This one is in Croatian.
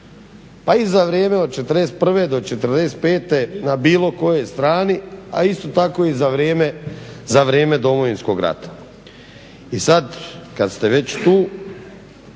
pa i za vrijeme od '41. do '45. na bilo kojoj strani, a isto tako i za vrijeme Domovinskog rata. I sad kad ste već tu